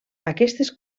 aquestes